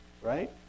right